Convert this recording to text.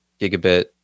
gigabit